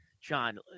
John